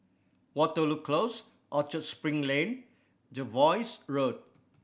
Waterloo Close Orchard Spring Lane Jervois Road